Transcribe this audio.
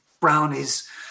brownies